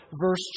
verse